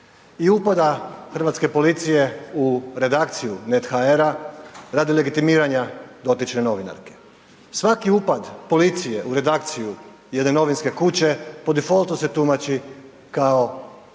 i upada Hrvatske policije u redakciju NET.hr radi legitimiranja dotične novinarke. Svaki upad policije u redakciju jedne novinske kuće po defaultu se tumači kao